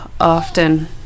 often